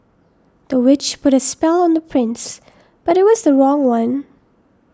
the witch put a spell on the prince but it was the wrong one